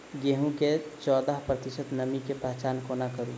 गेंहूँ मे चौदह प्रतिशत नमी केँ पहचान कोना करू?